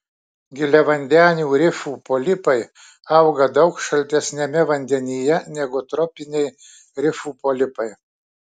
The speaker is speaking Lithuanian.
giliavandenių rifų polipai auga daug šaltesniame vandenyje negu tropiniai rifų polipai